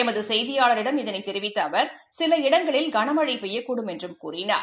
எமதுசெய்தியாளரிடம் இதனைதெரிவித்தஅவர் சில இடங்களில் கனமழைபெய்யக்கூடும் என்றும் கூறினார்